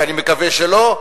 ואני מקווה שלא,